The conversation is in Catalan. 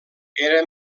era